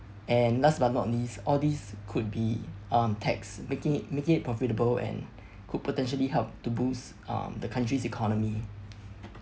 and last but not least all these could be um tax making it making it profitable and could potentially help to boost um the country's economy